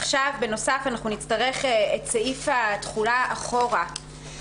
בנוסף אנחנו נצטרך את סעיף התחולה אחורה.